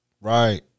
Right